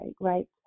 right